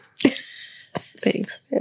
thanks